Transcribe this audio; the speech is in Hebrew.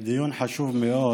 תודה.